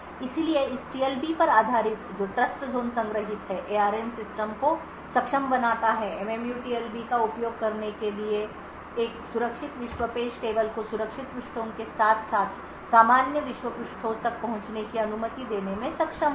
इसलिए इस TLB पर आधारित जो Trustzone संग्रहीत है ARM सिस्टम को सक्षम बनाता है MMU TLB का उपयोग करने के लिए एक सुरक्षित विश्व पेज टेबल को सुरक्षित पृष्ठों के साथ साथ सामान्य विश्व पृष्ठों तक पहुंचने की अनुमति देने में सक्षम होगा